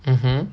mmhmm